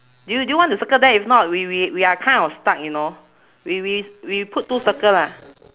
do do you want to circle that if not we we we are kind of stuck you know we we c~ we put two circle lah